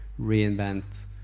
reinvent